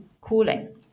cooling